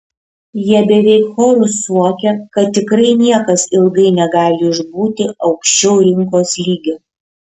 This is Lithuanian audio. jie beveik choru suokia kad tikrai niekas ilgai negali išbūti aukščiau rinkos lygio